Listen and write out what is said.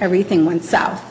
everything went south